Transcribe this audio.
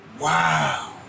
Wow